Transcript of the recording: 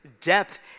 depth